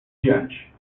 diante